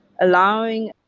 allowing